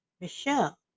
Michelle